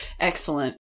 Excellent